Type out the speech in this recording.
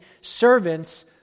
servants